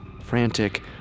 Frantic